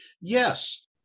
Yes